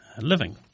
living